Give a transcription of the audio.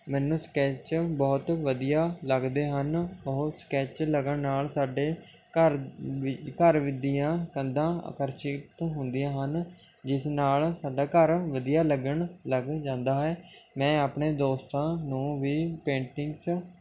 ਮੈਨੂੰ ਸਕੈਚ ਬਹੁਤ ਵਧੀਆ ਲੱਗਦੇ ਹਨ ਉਹ ਸਕੈਚ ਲੱਗਣ ਨਾਲ ਸਾਡੇ ਘਰ ਵਿ ਘਰ ਦੀਆਂ ਕੰਧਾਂ ਅਕਰਸ਼ਿਤ ਹੁੰਦੀਆਂ ਹਨ ਜਿਸ ਨਾਲ ਸਾਡਾ ਘਰ ਵਧੀਆ ਲੱਗਣ ਲੱਗ ਜਾਂਦਾ ਹੈ ਮੈਂ ਆਪਣੇ ਦੋਸਤਾਂ ਨੂੰ ਵੀ ਪੇਂਟਿੰਗਸ